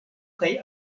kaj